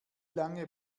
lange